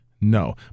no